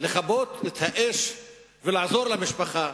לכבות את האש ולעזור למשפחה